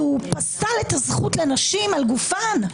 שפסל את הזכות של נשים על גופן.